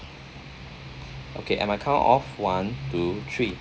okay at my count of one two three